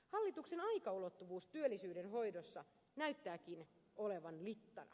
hallituksen aikaulottuvuus työllisyyden hoidossa näyttääkin olevan littana